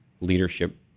leadership